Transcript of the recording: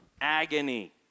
agony